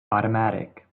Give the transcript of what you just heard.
automatic